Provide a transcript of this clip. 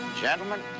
Gentlemen